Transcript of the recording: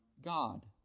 God